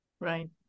Right